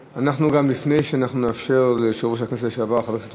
לפני שאנחנו נאפשר ליושב-ראש הכנסת לשעבר חבר הכנסת